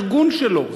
בגידה בארגון שלו,